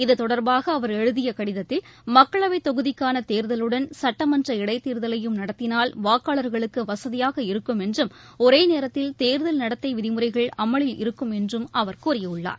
இத்தொடர்பாக அவர் எழுதிய கடிதத்தில் மக்களவைத் தொகுதிக்கான தேர்தலுடன் சட்டமன்ற இடைத் தேர்தலையும் நடத்தினால் வாக்காளர்களுக்கு வசதியாக இருக்கும் என்றும் ஒரே நேரத்தில் தேர்தல் நடத்தை விதிமுறைகள் அமலில் இருக்கும் என்றும் அவர் கூறியுள்ளார்